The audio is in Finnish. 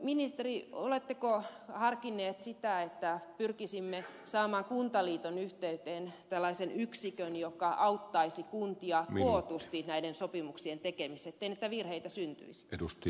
ministeri oletteko harkinnut sitä että pyrkisimme saamaan kuntaliiton yhteyteen tällaisen yksikön joka auttaisi kuntia kootusti näiden sopimuksien tekemisessä ettei näitä virheitä syntyisi